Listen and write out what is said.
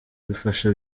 bifasha